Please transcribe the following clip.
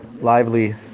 lively